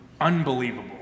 Unbelievable